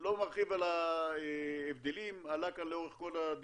לא מרחיב על ההבדלים, עלה כאן לאורך כל הדיונים,